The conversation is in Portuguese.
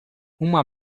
uma